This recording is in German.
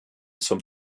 zum